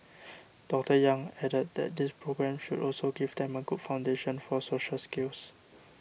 Doctor Yang added that these programmes should also give them a good foundation for social skills